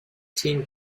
team